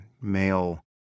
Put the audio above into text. male